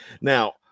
Now